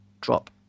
drop